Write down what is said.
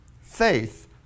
faith